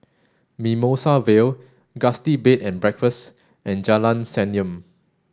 Mimosa Vale Gusti Bed and Breakfast and Jalan Senyum